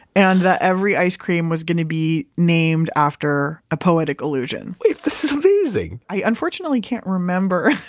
and every ice cream was going to be named after a poetic illusion this is amazing i unfortunately can't remember.